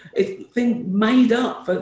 it's been made up.